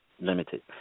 Limited